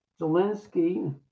Zelensky